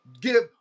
give